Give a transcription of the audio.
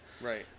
Right